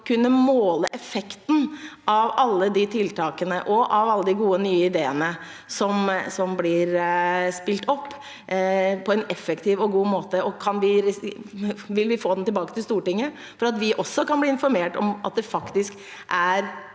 kunne måle effekten av alle de tiltakene og alle de nye gode ideene som blir spilt inn, på en effektiv og god måte? Vil vi få dette tilbake til Stortinget, slik at vi kan bli informert om at det faktisk er